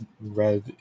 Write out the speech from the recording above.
Red